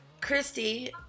Christy